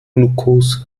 glukose